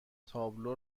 تابلو